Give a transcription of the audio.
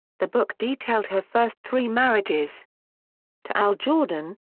the book detailed her first three marriages to al jorden,